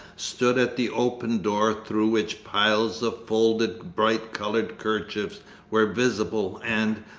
stood at the open door through which piles of folded bright-coloured kerchiefs were visible and,